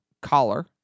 collar